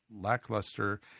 lackluster